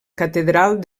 catedral